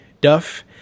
Duff